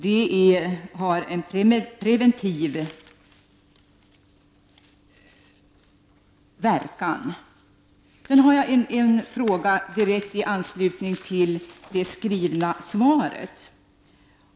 Det har en preventiv verkan. Sedan har jag en fråga i direkt anslutning till det skrivna svaret från justitieministern.